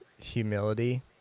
humility